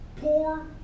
poor